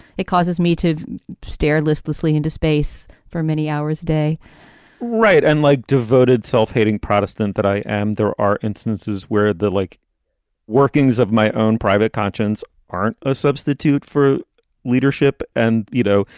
it causes me to stare listlessly into space for many hours a day right. and like devoted self hating protestant that i am. there are instances where the like workings of my own private conscience aren't a substitute for leadership. and, you know,